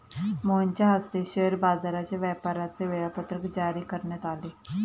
मोहनच्या हस्ते शेअर बाजाराच्या व्यापाराचे वेळापत्रक जारी करण्यात आले